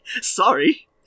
sorry